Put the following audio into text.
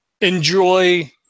enjoy